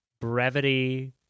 brevity